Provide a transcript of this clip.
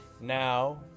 Now